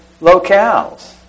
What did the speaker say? locales